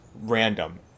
random